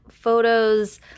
photos